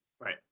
Right